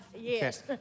yes